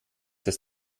das